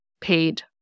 paid